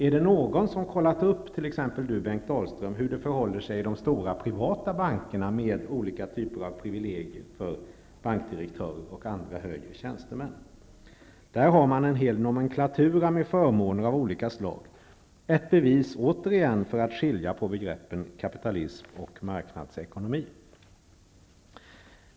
Är det någon, t.ex. Bengt Dalström, som har kollat upp hur det förhåller sig i de stora privata bankerna med olika typer av privilegier för bankdirektörer och andra högre tjänstemän? Där har man en hel nomenklatura med förmåner av olika slag, återigen ett bevis för skillnaden mellan begreppen kapitalism och marknadsekonomi.